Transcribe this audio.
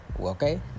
okay